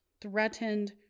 threatened